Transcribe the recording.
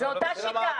זה אותה שיטה.